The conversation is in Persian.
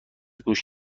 گوش